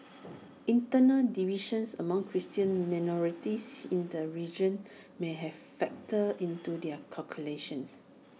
internal divisions among Christian minorities in the region may have factored into their calculations